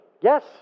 Yes